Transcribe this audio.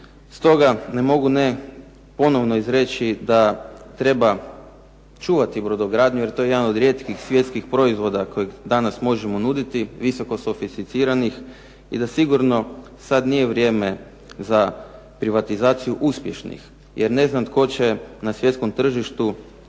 Stoga ne mogu ne ponovno izreći da treba čuvati brodogradnju, jer to je jedan od rijetkih svjetskih proizvoda kojeg danas možemo nuditi visokosofisticiranih i da sigurno sada nije vrijeme za privatizaciju uspješnih. Jer ne znam tko će na svjetskom tržištu